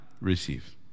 receive